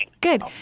Good